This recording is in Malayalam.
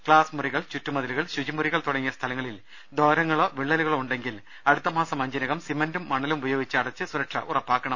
ക്സാസ്മുറികൾ ചുറ്റുമതിലുകൾ ശുചിമുറി കൾ തുടങ്ങിയ സ്ഥലങ്ങളിൽ ദ്വാരങ്ങളോ വിള്ളലുകളോ ഉണ്ടെങ്കിൽ അടു ത്തമാസം അഞ്ചിനകം സിമന്റും മണലും ഉപയോഗിച്ച് അടച്ച് സുരക്ഷ ഉറ പ്പാക്കണം